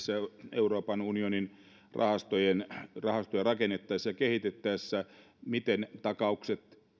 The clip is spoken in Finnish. euroopan unionin rahastoja rakennettaessa ja kehitettäessä sen miten takaukset